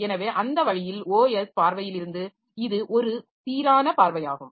எனவே அந்த வழியில் OS பார்வையிலிருந்து இது ஒரே சீரான பார்வையாகும்